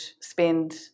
spend